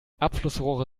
abflussrohre